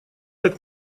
так